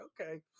okay